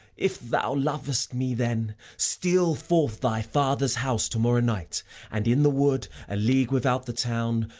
if thou lovest me then, steal forth thy father's house to-morrow night and in the wood, a league without the town,